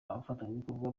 abafatanyabikorwa